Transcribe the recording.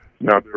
Now